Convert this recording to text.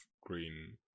green